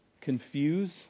confuse